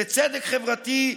לצדק חברתי,